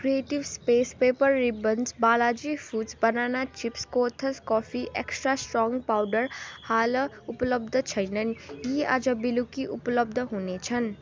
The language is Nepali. creative space paper ribbons Balaji foods banana chips Cothas coffee extra strong powder हाल उपलब्ध छैनन् यी आज बेलुकी उपलब्ध हुनेछन्